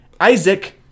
Isaac